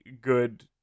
good